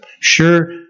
sure